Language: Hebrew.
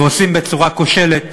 ועושים בצורה כושלת,